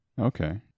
Okay